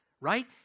right